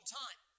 time